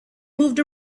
moved